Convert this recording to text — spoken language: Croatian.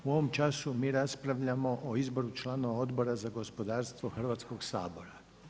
U ovom času mi raspravljamo o izboru članova Odbora za gospodarstvo Hrvatskoga sabora.